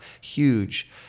huge